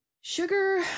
Sugar